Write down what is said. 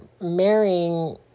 marrying